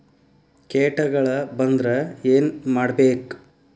ಕೇಟಗಳ ಬಂದ್ರ ಏನ್ ಮಾಡ್ಬೇಕ್?